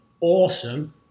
awesome